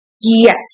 yes